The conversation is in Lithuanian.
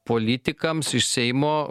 politikams iš seimo